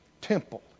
temple